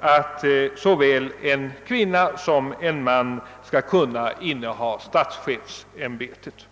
att såväl en kvinna som en man skall kunna inneha statschefsämbetet.